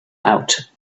out